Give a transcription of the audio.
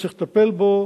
צריך לטפל בו